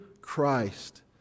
Christ